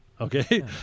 Okay